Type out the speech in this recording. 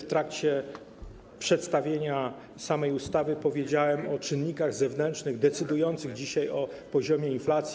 W trakcie przedstawiania samej ustawy powiedziałem o czynnikach zewnętrznych decydujących dzisiaj o poziomie inflacji.